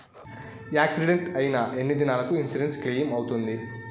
Accident అయిన ఎన్ని దినాలకు ఇన్సూరెన్సు క్లెయిమ్ అవుతుంది?